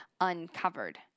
uncovered